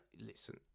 listen